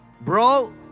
bro